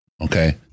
Okay